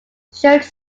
church